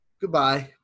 goodbye